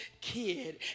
kid